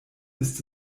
ist